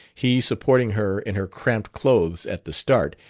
he supporting her in her cramped clothes at the start,